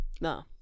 No